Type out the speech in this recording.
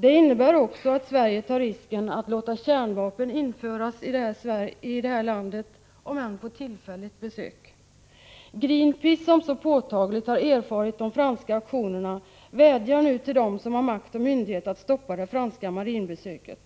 Det betyder också att Sverige tar risken att låta kärnvapen införas i det här landet — om än på tillfälligt besök. Greenpeace, som så påtagligt har erfarit de franska aktionerna, vädjar nu till dem som har makt och myndighet att stoppa det franska marinbesöket.